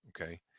okay